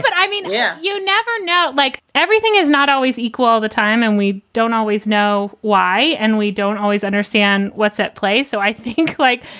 but i mean, yeah. you never know like, everything is not always equal the time and we don't always know why and we don't always understand what's at play. so i think, like,